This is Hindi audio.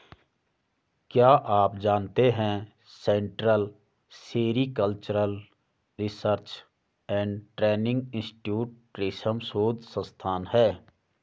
क्या आप जानते है central sericultural research and training institute रेशम शोध संस्थान है?